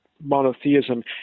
monotheism